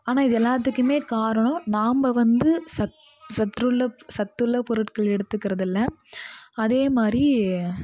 ஆனால் இது எல்லாத்துக்குமே காரணம் நம்ப வந்து சத் சற்றுள்ள சத்துள்ள பொருட்கள் எடுத்துக்கிறது இல்லை அதே மாதிரி